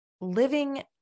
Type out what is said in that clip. living